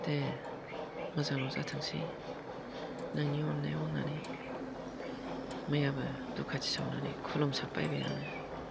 दे मोजांल' जाथोंसै नोंनि अननायाव होननानै मैयाबो धुब खाथि सावनानै खुलुमसाब बायबाय आं